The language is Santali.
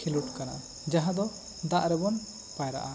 ᱠᱷᱮᱞᱚᱰ ᱠᱟᱱᱟ ᱡᱟᱦᱟᱸ ᱫᱚ ᱫᱟᱜ ᱨᱮᱵᱚᱱ ᱯᱟᱭᱨᱟᱜᱼᱟ